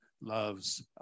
loves